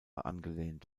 angelehnt